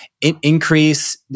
increase